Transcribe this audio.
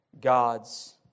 gods